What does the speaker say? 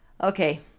Okay